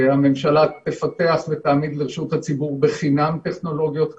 הממשלה תפתח ותעמיד לרשות הציבור בחינם טכנולוגיות כאלה.